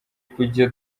kujya